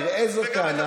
תראה איזו טענה,